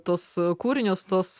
tuos kūrinius tuos